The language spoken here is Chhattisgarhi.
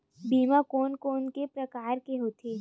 बीमा कोन कोन से प्रकार के होथे?